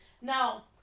Now